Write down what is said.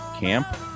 Camp